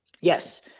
Yes